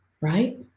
Right